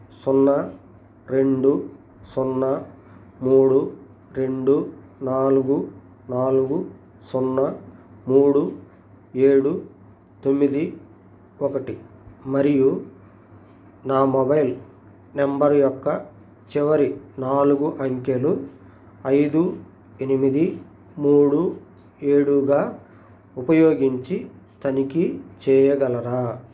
సున్నా రెండు సున్నా మూడు రెండు నాలుగు నాలుగు సున్నా మూడు ఏడు తొమ్మిది ఒకటి మరియు నా మొబైల్ నెంబర్ యొక్క చివరి నాలుగు అంకెలు ఐదు ఎనిమిది మూడు ఏడుగా ఉపయోగించి తనిఖీ చేయగలరా